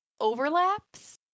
overlaps